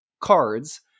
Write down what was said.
cards